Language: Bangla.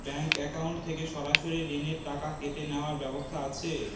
ব্যাংক অ্যাকাউন্ট থেকে সরাসরি ঋণের টাকা কেটে নেওয়ার ব্যবস্থা আছে?